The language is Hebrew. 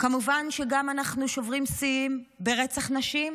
כמובן שאנחנו גם שוברים שיאים ברצח נשים,